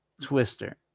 Twister